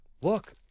Look